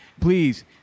please